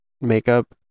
makeup